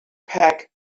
peck